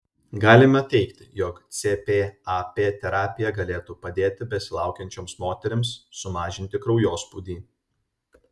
galima teigti jog cpap terapija galėtų padėti besilaukiančioms moterims sumažinti kraujospūdį